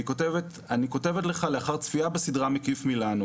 וכך היא כותבת: "אני כותבת לך לאחר צפייה בסדרה "מקיף מילנו"